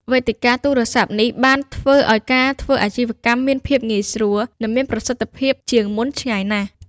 វេទិកាទូរស័ព្ទនេះបានធ្វើឲ្យការធ្វើអាជីវកម្មមានភាពងាយស្រួល និងមានប្រសិទ្ធភាពជាងមុនឆ្ងាយណាស់។